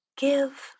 give